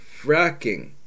fracking